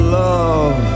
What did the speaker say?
love